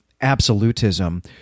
absolutism